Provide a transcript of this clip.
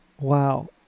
Wow